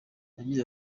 yagize